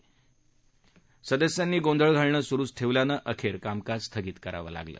त्यावर सदस्यांनी गोंधळ घालण सुरुच ठेवल्यानं अखेर कामकाज स्थगित करावं लागलं